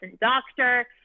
doctor